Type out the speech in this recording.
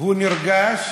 שהוא נרגש